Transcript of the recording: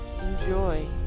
Enjoy